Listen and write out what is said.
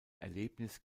erlebnis